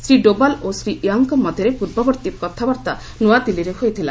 ଶ୍ରୀ ଡୋବାଲ୍ ଓ ଶ୍ରୀ ୟାଙ୍ଗ୍ଙ୍କ ମଧ୍ୟରେ ପୂର୍ବବର୍ତ୍ତୀ କଥାବାର୍ତ୍ତା ନ୍ନଆଦିଲ୍ଲୀରେ ହୋଇଥିଲା